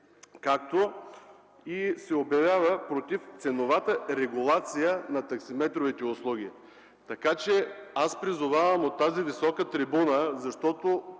както и се обявяват против ценовата регулация на таксиметровите услуги. Аз призовавам от тази висока трибуна, когато